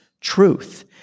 truth